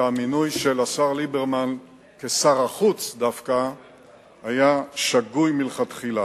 שהמינוי של השר ליברמן לשר החוץ דווקא היה שגוי מלכתחילה.